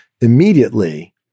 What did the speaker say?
immediately